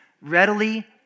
Readily